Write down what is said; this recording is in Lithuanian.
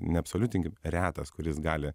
neabsoliutinkim retas kuris gali